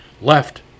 left